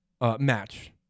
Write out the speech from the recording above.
match